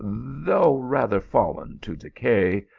though rather fallen to decay,